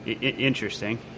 interesting